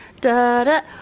da-da.